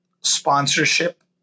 sponsorship